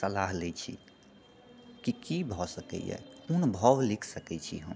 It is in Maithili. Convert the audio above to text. सलाह लए छी कि की भए सकैए कोन भाव लिख सकैत छी हम